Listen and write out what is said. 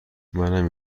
منم